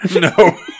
no